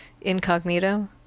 incognito